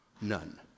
none